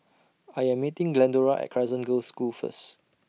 I Am meeting Glendora At Crescent Girls' School First